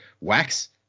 wax